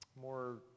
more